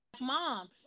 mom